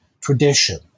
tradition